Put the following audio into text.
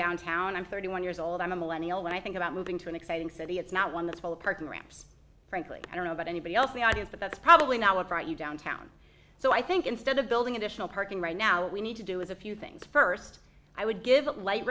downtown and i'm thirty one years old i'm a millennial when i think about moving to an exciting city it's not one that's full of parking ramps frankly i don't know about anybody else the idea is that that's probably not what brought you downtown so i think instead of building additional parking right now we need to do is a few things first i would give it light